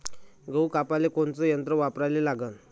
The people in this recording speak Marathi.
गहू कापाले कोनचं यंत्र वापराले लागन?